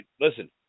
listen